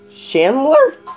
Chandler